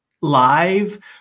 live